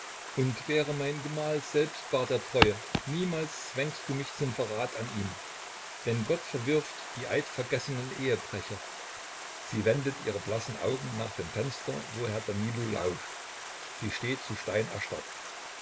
und wäre mein gemahl selbst bar der treue niemals zwängst du mich zum verrat an ihm denn gott verwirft die eidvergessenen ehebrecher sie wendet ihre blassen augen nach dem fenster wo herr danilo lauscht sie steht zu stein erstarrt